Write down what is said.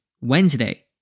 Wednesday